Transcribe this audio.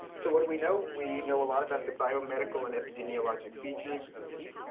so what do we know? we know a lot about the biomedical and epidemiologic features of heat.